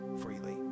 freely